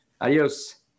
Adios